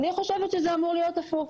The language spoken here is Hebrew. לדעתי, זה אמור להיות הפוך.